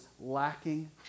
lacking